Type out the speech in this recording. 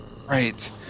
Right